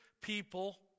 people